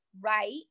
right